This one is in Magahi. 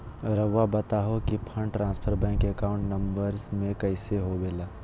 रहुआ बताहो कि fund transfer bank account number में कैसे होबेला?